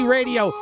Radio